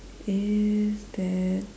is that